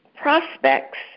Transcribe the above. prospects